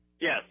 Yes